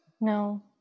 No